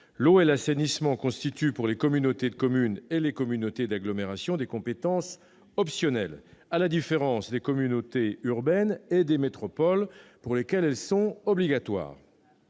l'eau et l'assainissement constituent pour les communautés de communes et les communautés d'agglomération des compétences optionnelles, à la différence des communautés urbaines et des métropoles, pour lesquelles elles sont obligatoires.